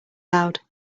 loud